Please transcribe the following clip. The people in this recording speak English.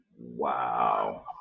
Wow